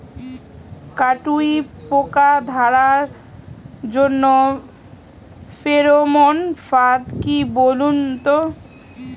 কাটুই পোকা ধরার জন্য ফেরোমন ফাদ কি বলুন তো?